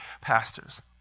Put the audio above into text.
pastors